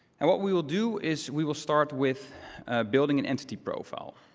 and what we will do is we will start with building an entity profile.